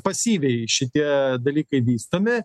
pasyviai šitie dalykai vystomi